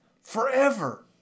forever